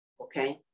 Okay